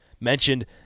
Mentioned